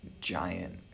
giant